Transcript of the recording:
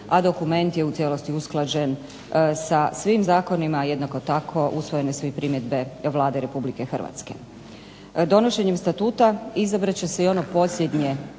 a dokument je u cijelosti usklađen sa svim zakonima. Jednako tako usvojene su i primjedbe Vlade Republike Hrvatske. Donošenjem Statuta izabrat će se i ono posljednje